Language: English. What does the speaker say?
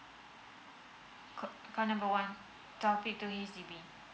call number one topic two H_D_B